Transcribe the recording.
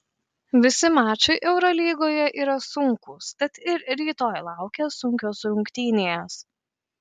visi mačai eurolygoje yra sunkūs tad ir rytoj laukia sunkios rungtynės